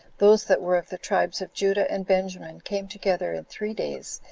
those that were of the tribes of judah and benjamin came together in three days,